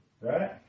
right